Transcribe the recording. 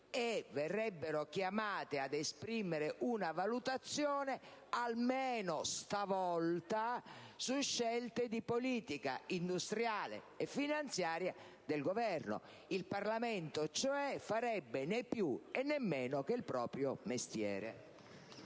e sarebbero chiamate ad esprimere una valutazione, almeno stavolta, su scelte di politica industriale e finanziaria del Governo. In buona sostanza, il Parlamento non farebbe altro che il proprio mestiere.